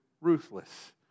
ruthless